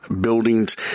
buildings